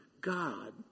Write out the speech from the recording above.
God